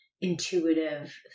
intuitive